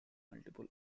multiple